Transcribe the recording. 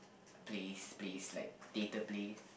plays plays like theater plays